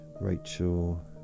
rachel